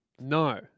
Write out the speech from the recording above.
No